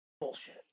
Bullshit